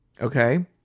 okay